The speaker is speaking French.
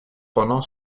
pendant